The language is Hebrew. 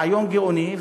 רעיון גאוני,